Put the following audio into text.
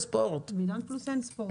בעידן פלוס אין ספורט.